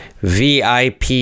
vip